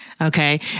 Okay